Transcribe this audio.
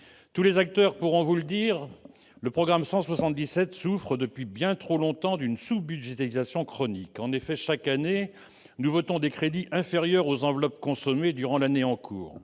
Tous les acteurs pourront vous le dire : le programme 177 souffre depuis bien trop longtemps d'une sous-budgétisation chronique. Chaque année, nous votons des crédits inférieurs aux enveloppes consommées durant l'année en cours.